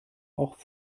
auch